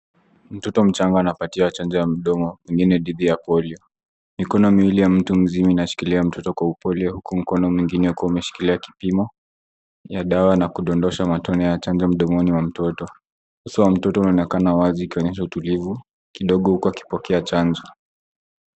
Mtoto mchanga anapatiwa chanjo ya mdomo pengine dhidi ya polio. Mikono miwili ya mtu mzima inashikilia mtoto kwa upole huku mkono mwingine ukiwa umeshikilia kipimo ya dawa na kudodosha matone ya chanjo mdomoni wa mtoto. Uso wa mtoto unaonekana wazi ukionyesha utulivu kidogo huku akipokea chanjo.